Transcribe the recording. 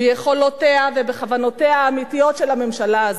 ביכולותיה ובכוונותיה האמיתיות של הממשלה הזו.